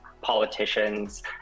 politicians